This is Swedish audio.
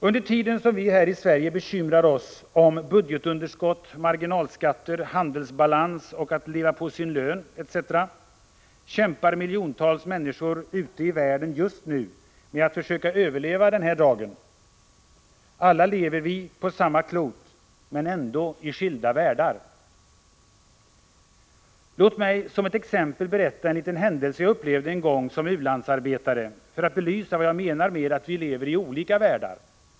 Under tiden som vi här i Sverige bekymrar oss om budgetunderskott, marginalskatter, handelsbalans, att leva på sin lön, etc. kämpar miljontals människor ute i världen just nu med att försöka överleva för dagen. Alla lever vi på samma klot men ändå i skilda världar. Låt mig som ett exempel berätta en liten händelse jag upplevde en gång som u-landsarbetare, för att belysa vad jag menar med att vi lever i olika världar.